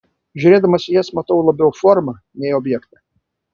žiūrėdamas į jas matau labiau formą nei objektą